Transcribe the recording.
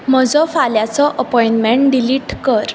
म्हजो फाल्यांचो appointment delete कर